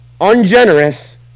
ungenerous